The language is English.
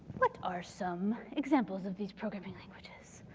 what are some examples of these programming languages?